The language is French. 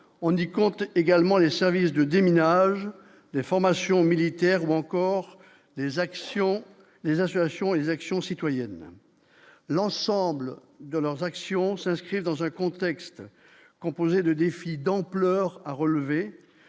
on y compte également les services de déminage des formations militaires ou encore des actions, les aspirations et les actions citoyennes l'ensemble de leurs actions s'inscrivent dans un contexte composé de défi d'ampleur à relever,